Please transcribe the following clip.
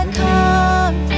come